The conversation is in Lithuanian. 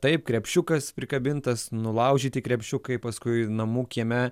taip krepšiukas prikabintas nulaužyti krepšiukai paskui namų kieme